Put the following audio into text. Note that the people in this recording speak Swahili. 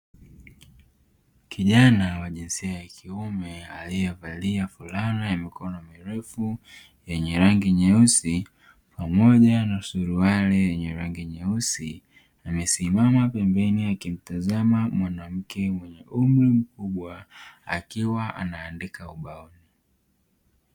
Kijana wa jinsia ya kiume aliyevalia fulana ya mikono mirefu yenye rangi nyeusi pamoja na suruali yenye rangi nyeusi, amesimama pembeni akimtazama mwanamke mwenye umri mkubwa akiwa anaandika ubaoni.